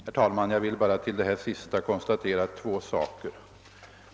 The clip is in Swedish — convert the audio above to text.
Herr talman! Efter fru Rydings senaste inlägg vill jag bara konstatera två saker.